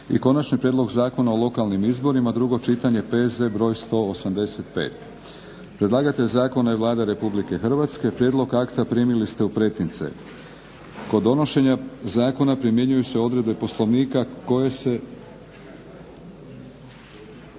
- Konačni prijedlog zakona o lokalnim izborima, drugo čitanje, PZ br. 185 Predlagatelj zakona je Vlada Republike Hrvatske. Prijedloge akata primili ste u pretince. Kod donošenja Zakona primjenjuju se odredbe Poslovnika koje se